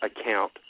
account